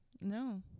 No